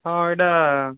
ହଁ ଏଇଟା